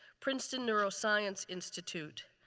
princeton neuroscience institute.